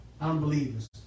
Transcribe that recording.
unbelievers